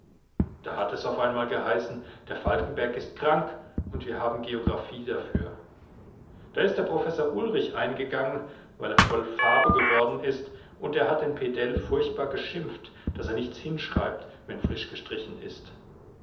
da hat es auf einmal geheißen der falkenberg ist krank und wir haben geographie dafür da ist der professor ulrich eingegangen weil er voll farbe geworden ist und er hat den pedell furchtbar geschimpft daß er nichts hinschreibt wenn frisch gestrichen ist